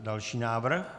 Další návrh.